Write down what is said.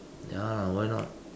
ya why not